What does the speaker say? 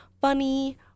funny